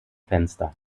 fenster